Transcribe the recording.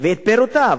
ואת פירותיו